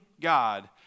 God